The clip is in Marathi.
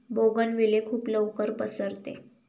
बोगनविले खूप लवकर पसरते